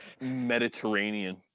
Mediterranean